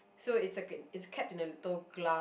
so it's like a it's kept in a little glass